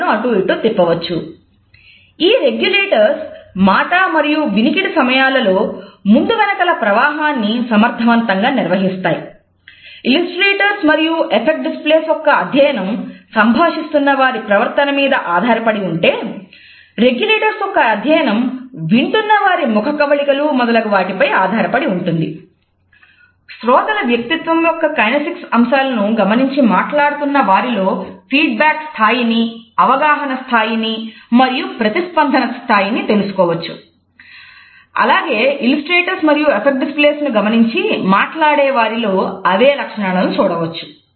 kinesics ను గమనించి మాట్లాడే వారిలో అవే లక్షణాలను చూడవచ్చు